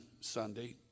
Sunday